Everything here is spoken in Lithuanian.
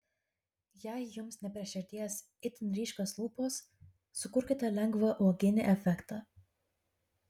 jei jums ne prie širdies itin ryškios lūpos sukurkite lengvą uoginį efektą